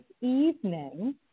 evening